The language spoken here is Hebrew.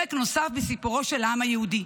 פרק נוסף בסיפורו של העם היהודי.